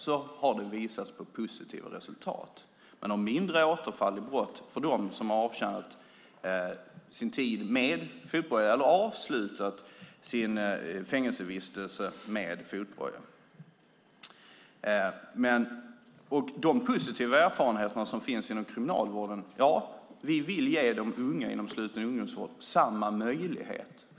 Det har visat ge positiva resultat, med mindre av återfall i brott för dem som har avtjänat sin tid med fotboja eller avslutat sin fängelsevistelse med fotboja. Med tanke på de positiva erfarenheter som finns inom kriminalvården vill vi ge de unga inom sluten ungdomsvård samma möjlighet.